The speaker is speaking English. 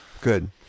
Good